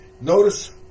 Notice